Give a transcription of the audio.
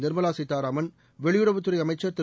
நிர்மலா கீதாராமன் வெளியறவுத்துறை அமைச்சர் திரு